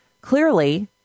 clearly